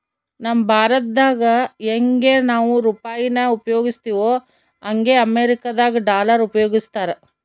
ನಮ್ ಭಾರತ್ದಾಗ ಯಂಗೆ ನಾವು ರೂಪಾಯಿನ ಉಪಯೋಗಿಸ್ತಿವೋ ಹಂಗೆ ಅಮೇರಿಕುದಾಗ ಡಾಲರ್ ಉಪಯೋಗಿಸ್ತಾರ